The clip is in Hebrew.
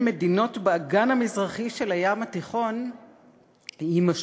מדינות באגן המזרחי של הים התיכון יימשכו,